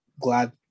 glad